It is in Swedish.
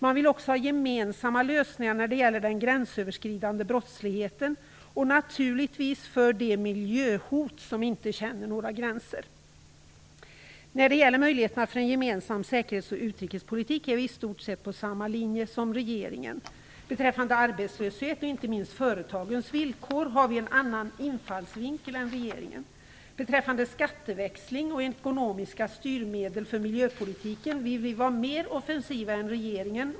Man vill också ha gemensamma lösningar när det gäller den gränsöverskridande brottsligheten och naturligtvis för de miljöhot som inte känner några gränser. När det gäller möjligheterna för en gemensam säkerhets och utrikespolitik är vi i stort sett på samma linje som regeringen. Beträffande arbetslöshet och inte minst företagens villkor har vi en annan infallsvinkel än regeringen. Beträffande skatteväxling och ekonomiska styrmedel för miljöpolitiken vill vi vara mer offensiva än regeringen.